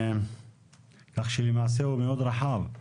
כך שלמעשה הוא מאוד רחב.